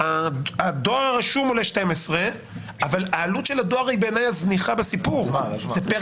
הדואר הרשום עולה 12. אבל העלות של הדואר היא זניחה בסיפור הזה.